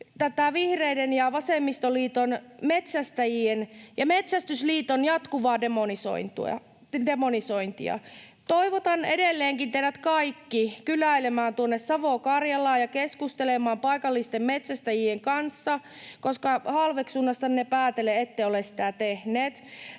tätä vihreiden ja vasemmistoliiton metsästäjien ja Metsästäjäliiton jatkuvaa demonisointia. Toivotan edelleenkin teidät kaikki kyläilemään tuonne Savo-Karjalaan ja keskustelemaan paikallisten metsästäjien kanssa, koska halveksunnastanne päätellen ette ole sitä tehneet.